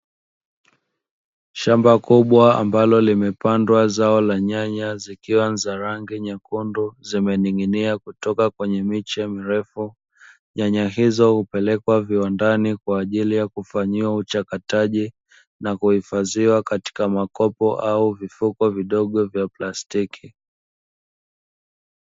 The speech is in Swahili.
Shamba kubwa ambalo limepandwa zao la nyanya zikiwa ni za rangi nyekundu zimening’inia kutoka kwenye miche mirefu, nyanya hizo upelekwa viwandani kwa ajili ya kufanyiwa uchakataji na kuhifadhiwa katika makopo au vifuko vidogo vya plastiki.